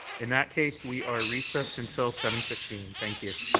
in that case, we are recessed until seven fifteen. thank you.